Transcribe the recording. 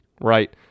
right